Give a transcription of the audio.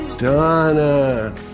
Donna